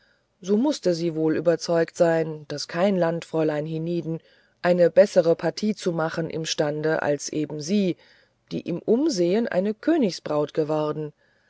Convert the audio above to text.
so mußte sie wohl überzeugt sein daß kein landfräulein hienieden eine bessere partie zu machen imstande als eben sie die im umsehen eine königsbraut geworden